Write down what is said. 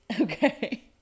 okay